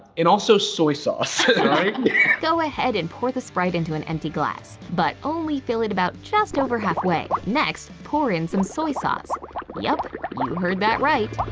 also soy sauce go ahead and pour the sprite into an empty glass. but only fill it about just over halfway. next, pour in some soy sauce yep. you heard that right.